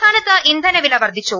സംസ്ഥാ നത്ത് ഇന്ധ ന വില വർദ്ധിച്ചു